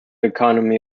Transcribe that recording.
economy